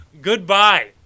Goodbye